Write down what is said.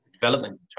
development